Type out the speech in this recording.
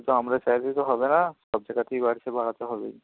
সে আমরা চাইলেই তো হবে না সব জায়গাতেই বাড়ছে বাড়াতে হবেই